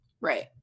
Right